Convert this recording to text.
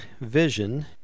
vision